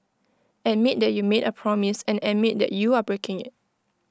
admit that you made A promise and admit that you are breaking IT